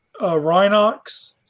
Rhinox